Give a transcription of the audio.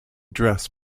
dress